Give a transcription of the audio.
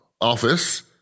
office